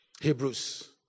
Hebrews